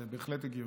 זה בהחלט הגיוני.